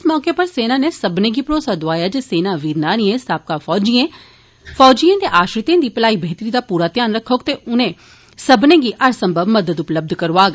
इस मौके उप्पर सेना नै सबभनें गी भरोसा दौआया जे सेना वीर नारिए साबका फौजिए फौजिए दे आश्रिते दी भलाई बेहतरी दा पूरा ध्यान रक्खौग ते उनें सब्मनें गी हर संभव मदद उपलब्य करौआग